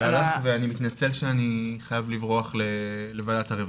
תודה לך ואני מתנצל שאני חייב לברוח לוועדת הרווחה,